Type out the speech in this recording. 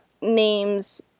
names